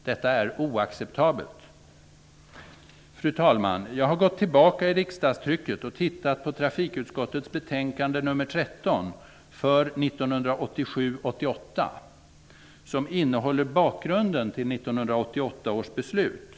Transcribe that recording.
Detta är oacceptabelt. Fru talman! Jag har gått tillbaka i riksdagstrycket och tittat på trafikutskottets betänkande 1987/88:13, som innehåller bakgrunden till 1988 års beslut.